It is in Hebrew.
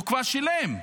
הוא כבר שילם,